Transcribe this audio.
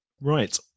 right